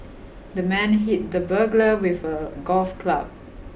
the man hit the burglar with a golf club